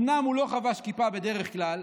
אומנם הוא לא חבש כיפה בדרך כלל,